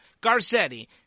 Garcetti